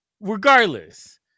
regardless